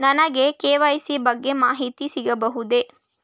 ನನಗೆ ಕೆ.ವೈ.ಸಿ ಬಗ್ಗೆ ಮಾಹಿತಿ ಸಿಗಬಹುದೇ?